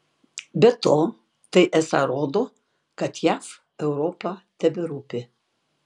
be to tai esą rodo kad jav europa teberūpi